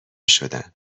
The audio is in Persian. شدن